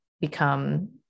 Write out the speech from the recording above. become